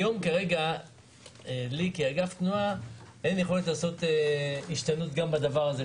אין לי היום כאגף תנועה יכולת לעשות השתנות גם בדבר הזה.